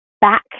back